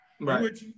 Right